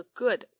good